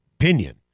opinion